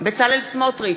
בצלאל סמוטריץ,